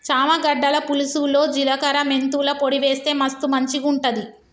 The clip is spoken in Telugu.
చామ గడ్డల పులుసులో జిలకర మెంతుల పొడి వేస్తె మస్తు మంచిగుంటది